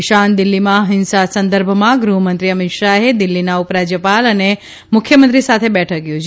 ઇશાન દિલ્ફીમાં હિંસા સંદર્ભમાં ગૃહમંત્રી અમિત શાહે દિલ્ફીના ઉપરાજયપાલ અને મુખ્યમંત્રી સાથે બેઠક યોજી